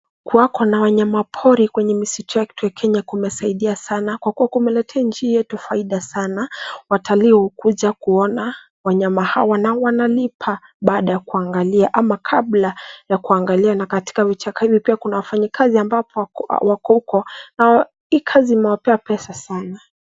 Kuwako na wanyama pori kwenye misitu yetu ya Kenya kumesaidia sana kwa kumeletea nchi hii yetu faida sana watalii hukuja kuona wanyama hawa na wana lipa baada ya kuangalia ama kabla ya kuangalia na vichaka pia kuna wafanyikazi ambapo wako huku hii kazi imewapea pesa sana.